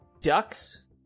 ducks